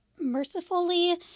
mercifully